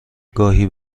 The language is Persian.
گاهی